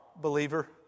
believer